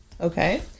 Okay